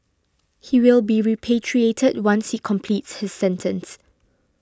he will be repatriated once he completes his sentence